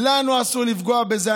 לנו אסור לפגוע בזה.